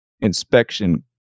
Inspection